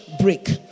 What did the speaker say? break